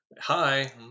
Hi